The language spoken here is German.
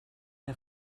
der